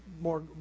more